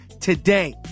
today